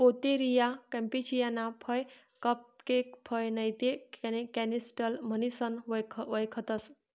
Pouteria campechiana फय cupcake फय नैते कॅनिस्टेल म्हणीसन वयखतंस